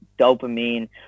dopamine